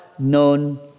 Known